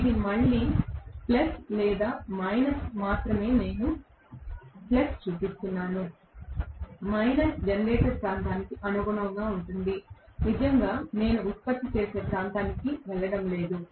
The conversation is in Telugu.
ఇది మళ్ళీ ప్లస్ లేదా మైనస్ మాత్రమే నేను ప్లస్ చూపిస్తున్నాను మైనస్ జనరేటర్ ప్రాంతానికి అనుగుణంగా ఉంటుంది నేను నిజంగా ఉత్పత్తి చేసే ప్రాంతానికి వెళ్ళడం లేదు